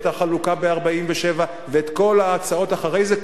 את החלוקה ב-1947 ואת כל ההצעות אחרי זה,